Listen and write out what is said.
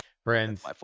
Friends